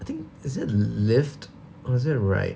I think is it Lyft or is it Ryde